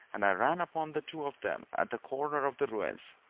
and i ran upon the two of them at the corner of the ruins,